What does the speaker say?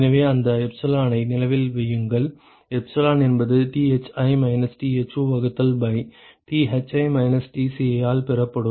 எனவே அந்த எப்சிலானை நினைவில் வையுங்கள் எப்சிலான் என்பது Thi மைனஸ் Tho வகுத்தல் பை Thi மைனஸ் Tci ஆல் பெறப்படும்